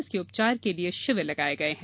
इसके उपचार के लिए शिविर लगाये गये हैं